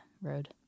road